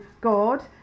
God